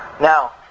Now